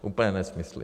Úplné nesmysly.